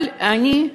אבל אני,